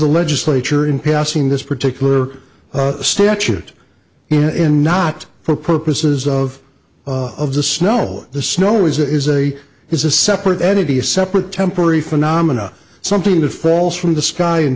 the legislature in passing this particular statute in not for purposes of of the snow the snow is it is a is a separate entity separate temporary phenomena something that falls from the sky and